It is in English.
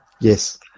Yes